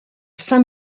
saint